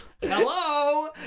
Hello